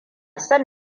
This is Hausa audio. son